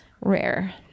rare